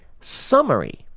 summary